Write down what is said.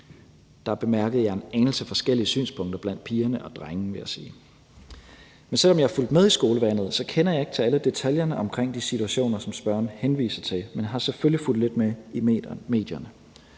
Der bemærkede jeg en anelse forskellige synspunkter blandt pigerne og drengene, vil jeg sige. Selv om jeg fulgte med i skolevalget, kender jeg ikke til alle detaljerne omkring de situationer, som forespørgerne henviser til, men jeg har selvfølgelig fulgt lidt med i medierne.